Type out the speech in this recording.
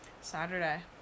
Saturday